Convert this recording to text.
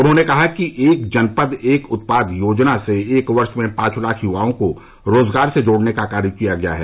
उन्होंने कहा कि एक जनपद एक उत्पाद योजना से एक वर्ष में पांच लाख युवाओं को रोजगार से जोड़ने का कार्य किया गया है